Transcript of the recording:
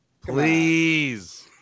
Please